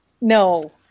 No